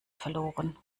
verloren